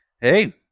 Hey